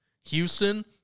Houston